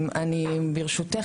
ברשותך,